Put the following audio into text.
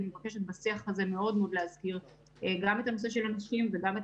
אני מבקשת בשיח הזה להזכיר גם את הנושא של הנשים וגם את